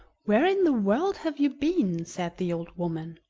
where in the world have you been? said the old woman.